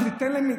אבל תיתן להם,